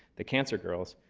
the cancer girls,